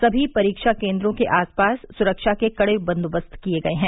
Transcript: सभी परीक्षा केन्द्रों के आस पास सुरक्षा के कड़े बंदोबस्त किये गये हैं